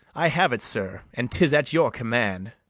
i have it, sir, and tis at your command.